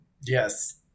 Yes